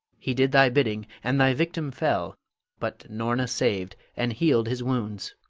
he did thy bidding, and thy victim fell but norna saved, and healed his wounds.